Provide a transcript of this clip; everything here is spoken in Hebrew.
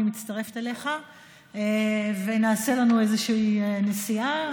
אני מצטרפת אליך ונעשה לנו איזושהי נסיעה.